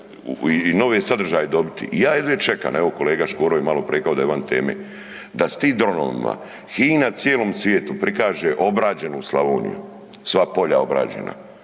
i nove sadržaje dobit i ja jedva čekam, evo kolega Škoro je maloprije rekao da je van teme, da s tim dronovima HINA cijelom svijetu prikaže obrađenu Slavoniju, sva polja obrađena.